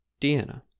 Deanna